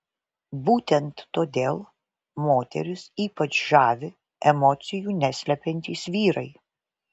būtent todėl moteris ypač žavi emocijų neslepiantys vyrai